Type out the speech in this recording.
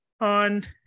on